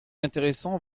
intéressant